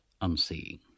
unseeing